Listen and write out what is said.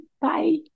Bye